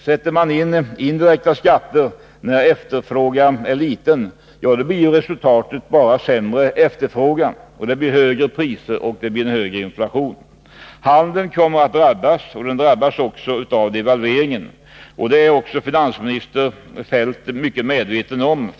Sätter man in indirekta skatter när efterfrågan är liten, blir resultatet bara sämre efterfrågan, högre priser och högre inflation. Handeln kommer att drabbas, och den drabbas också av devalveringen. Det är också finansminister Feldt mycket medveten om.